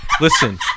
Listen